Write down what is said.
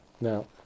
Now